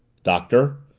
doctor,